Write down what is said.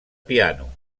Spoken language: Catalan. piano